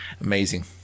Amazing